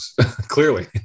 clearly